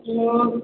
ନୁହଁ